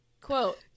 Quote